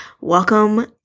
welcome